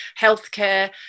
healthcare